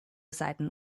seiten